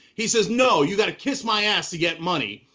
he says no, you gotta kiss my ass to get money.